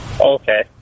Okay